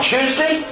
Tuesday